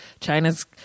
China's